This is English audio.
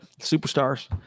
superstars